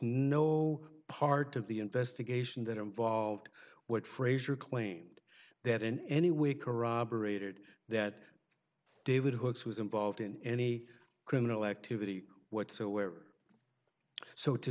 no part of the investigation that involved what frazier claimed they had in any way corroborated that david hookes was involved in any criminal activity whatsoever so to